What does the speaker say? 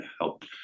help